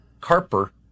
Carper